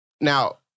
Now